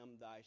thy